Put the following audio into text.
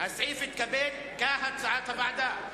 הסעיף התקבל, כהצעת הוועדה.